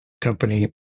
company